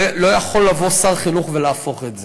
לא יכול לבוא שר חינוך ולהפוך את זה.